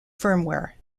firmware